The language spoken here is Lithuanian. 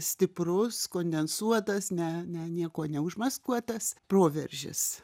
stiprus kondensuotas ne ne niekuo ne užmaskuotas proveržis